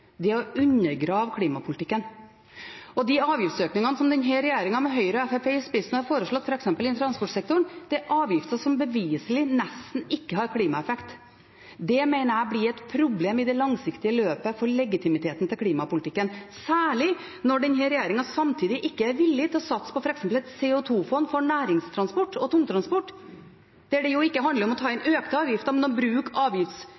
er å undergrave klimapolitikken. De avgiftsøkningene som denne regjeringen, med Høyre og Fremskrittspartiet i spissen, har foreslått, f.eks. innen transportsektoren, er avgifter som beviselig nesten ikke har klimaeffekt. Det mener jeg i det langsiktige løp blir et problem for legitimiteten til klimapolitikken, særlig når denne regjeringen samtidig ikke er villig til å satse på f.eks. et CO 2 -fond for næringstransport og tungtransport. Der handler det ikke om å ta